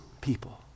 people